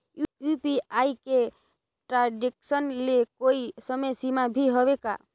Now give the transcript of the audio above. UPI के transaction ले कोई समय सीमा भी हवे का?